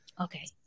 Okay